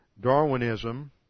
Darwinism